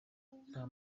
nta